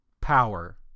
power